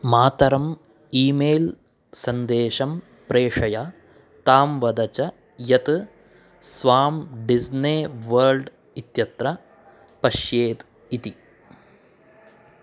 मातरम् email सन्देशं प्रेषय तां वद च यत् स्वां डिस्ने वर्ड् इत्यत्र पश्येत् इति